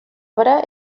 obra